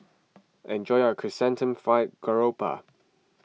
enjoy your Chrysanthemum Fried Garoupa